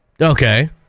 Okay